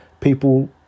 people